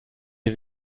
est